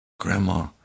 Grandma